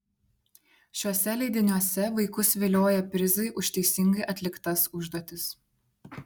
šiuose leidiniuose vaikus vilioja prizai už teisingai atliktas užduotis